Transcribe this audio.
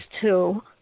two